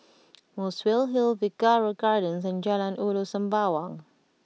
Muswell Hill Figaro Gardens and Jalan Ulu Sembawang